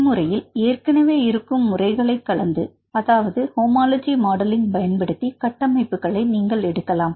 இம்முறையில் ஏற்கனவே இருக்கும் முறைகளை கலந்து அதாவது ஹோமோலஜி மாடலிங் பயன்படுத்தி கட்டமைப்புகளை நீங்கள் எடுக்கலாம்